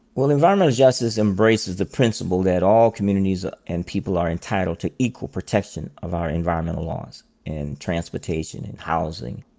well, environmental justice embraces the principle that all communities ah and people are entitled to equal protection of our environmental laws and transportation and housing,